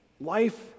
Life